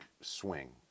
swing